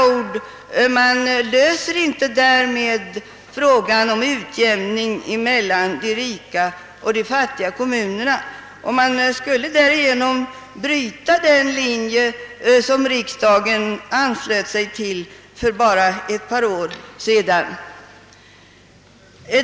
Man löser inte därmed frågan om utjämning mellan de rika och de fattiga kommunerna, och man skulle bryta den linje som riksdagen anslöt sig till för bara ett par år sedan.